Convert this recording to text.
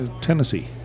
Tennessee